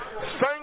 thank